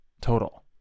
Total